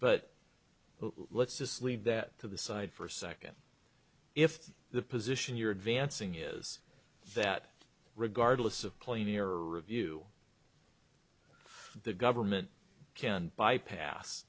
but let's just leave that to the side for a second if the position you're advancing is that regardless of player review the government can bypass